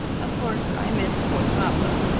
of course i miss poor papa,